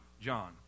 John